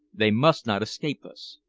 they must not escape us.